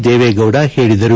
ದೇವೇಗೌಡ ಹೇಳಿದರು